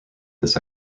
this